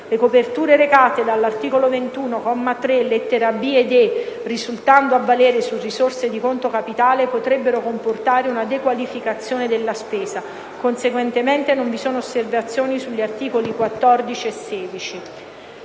le coperture recate dall'articolo 21, comma 3, lettere *b)* ed *e)*, risultando a valere su risorse di conto capitale, potrebbero comportare una dequalificazione della spesa. Conseguentemente, non vi sono osservazioni sugli articoli 14 e 16».